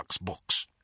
books